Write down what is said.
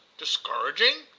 discouraging?